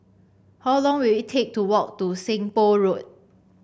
how long will it take to walk to Seng Poh Road